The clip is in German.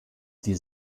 die